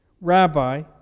Rabbi